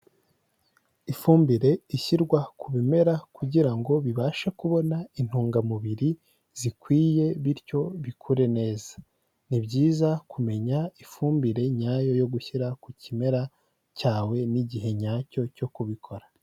Ifumbire ishyirwa ku bimera kugira ngo bibashe kubona intungamubiri zikwiye bityo bikure neza. Ni byiza kumenya ifumbire nyayo yo gushyira ku kimera cyawe n'igihe nyacyo cyo kubikora.